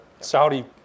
Saudi